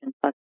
Plus